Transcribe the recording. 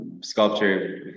Sculpture